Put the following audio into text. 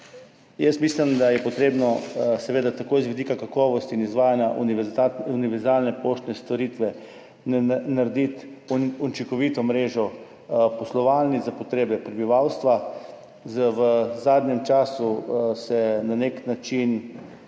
Jaz mislim, da je treba seveda tako z vidika kakovosti in izvajanja univerzalne poštne storitve narediti učinkovito mrežo poslovalnic za potrebe prebivalstva. V zadnjem času na nek način